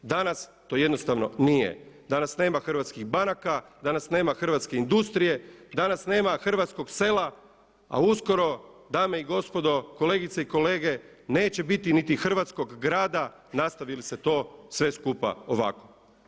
Danas to jednostavno nije, danas nema hrvatskih banaka, danas nema hrvatske industrije, danas nema hrvatskog sela a uskoro dame i gospodo, kolegice i kolege neće biti niti hrvatskog grada nastavili se to sve skupa ovako.